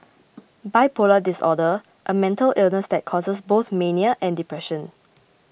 bipolar disorder a mental illness that causes both mania and depression